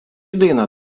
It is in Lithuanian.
daina